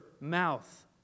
mouth